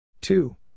Two